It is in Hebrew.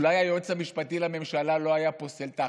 אולי היועץ המשפטי לממשלה לא היה פוסל את ההחלטה.